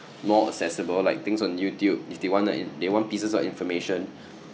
more accessible like things on youtube if they want to they want pieces of information